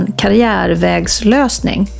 karriärvägslösning